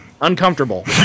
Uncomfortable